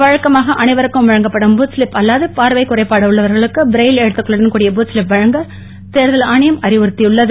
வழக்கமாக அனைவருக்கும் வழங்கப்படும் பூத் ஸ்லிப் அல்லாது பார்வைக் குறைபாடு உள்ளவர்களுக்கு பிரெய்ல் எழுத்துக்களுடன் கூடிய பூத் ஸ்லிப் வழங்க தேர்தல் ஆணையம் அறிவுறுத்தி உள்ளது